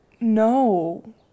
no